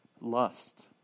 lust